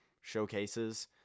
showcases